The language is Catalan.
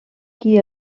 qui